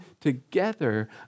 together